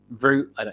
root